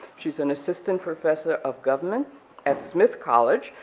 she's an assistant professor of government at smith college,